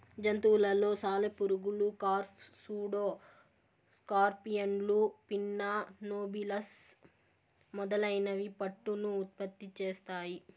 జంతువులలో సాలెపురుగులు, కార్ఫ్, సూడో స్కార్పియన్లు, పిన్నా నోబిలస్ మొదలైనవి పట్టును ఉత్పత్తి చేస్తాయి